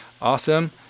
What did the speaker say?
awesome